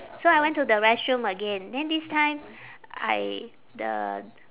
so I went to the restroom again then this time I the